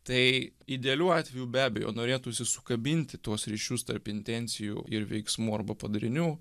tai idealiu atveju be abejo norėtųsi sukabinti tuos ryšius tarp intencijų ir veiksmų arba padarinių